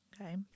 Okay